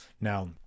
now